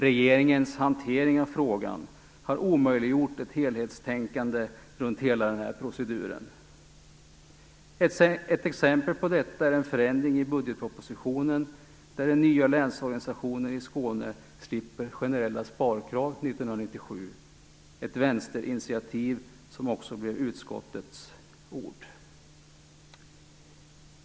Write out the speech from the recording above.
Regeringens hantering av frågan har omöjliggjort ett helhetstänkande runt hela den här proceduren. Ett exempel på detta är en förändring i budgetpropositionen där den nya länsorganisationen i Skåne slipper generella sparkrav 1997 - ett vänsterinitiativ som också blev utskottets ord.